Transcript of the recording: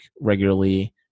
regularly